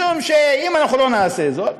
משום שאם אנחנו לא נעשה זאת,